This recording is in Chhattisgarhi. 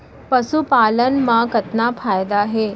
पशुपालन मा कतना फायदा हे?